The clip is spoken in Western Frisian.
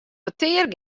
petear